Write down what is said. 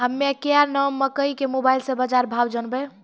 हमें क्या नाम मकई के मोबाइल से बाजार भाव जनवे?